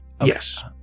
Yes